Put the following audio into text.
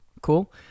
cool